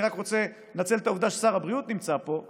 אני רק רוצה לנצל את העובדה ששר הבריאות נמצא פה,